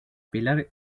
pilar